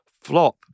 flop